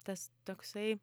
tas toksai